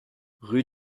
rue